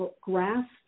grasp